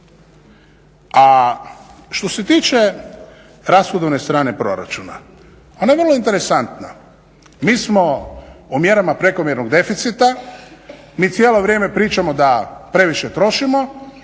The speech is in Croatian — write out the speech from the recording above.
A što se tiče rashodovne strane proračuna ona je vrlo interesantna. Mi smo o mjerama prekomjernog deficita mi cijelo vrijeme pričamo da previše trošimo,